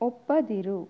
ಒಪ್ಪದಿರು